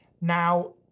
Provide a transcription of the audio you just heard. now